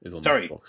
Sorry